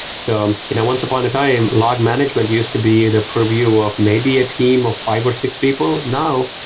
so you know once upon a time, log management used to be the purview of maybe a team of five or six people. now,